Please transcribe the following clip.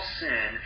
sin